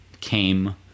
came